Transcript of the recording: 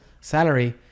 salary